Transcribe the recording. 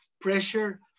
pressure